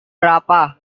berapa